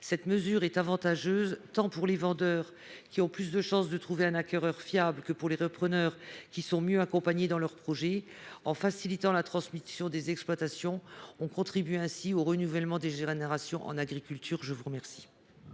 Cette mesure est avantageuse tant pour les vendeurs, qui ont plus de chances de trouver un acquéreur fiable, que pour les repreneurs, qui sont mieux accompagnés dans leur projet. En facilitant la transmission des exploitations, on contribue au renouvellement des générations en agriculture. La parole